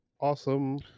awesome